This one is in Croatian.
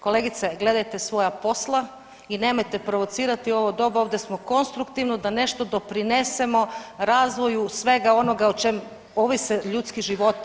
Kolegice gledajte svoja posla i nemojte provocirati u ovo doba, ovdje smo konstruktivno da nešto doprinesemo razvoju svega onoga o čemu ovise ljudski životi.